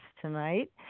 tonight